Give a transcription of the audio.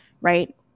right